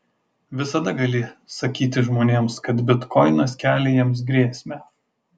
visada gali sakyti žmonėms kad bitkoinas kelia jiems grėsmę